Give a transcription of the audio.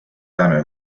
täna